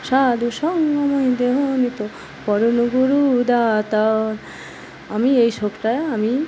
আমি এই শ্লোকটা আমি